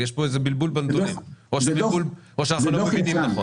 יש פה איזה בלבול בנתונים או שאנחנו לא מבינים נכון.